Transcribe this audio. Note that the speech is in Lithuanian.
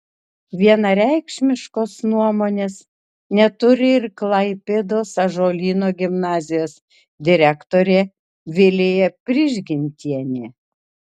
vienareikšmiškos nuomonės neturi ir klaipėdos ąžuolyno gimnazijos direktorė vilija prižgintienė